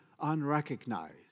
unrecognized